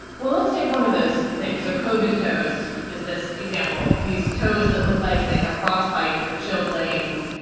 well, let's take one of those things, so kovik toes is this example, these toes that look like they have frostbite or chilblains.